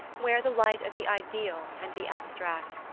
wear the light of the ideal and the abstract.